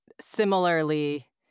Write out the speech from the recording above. similarly